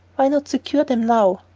why not secure them now?